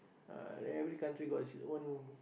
uh then every country got its own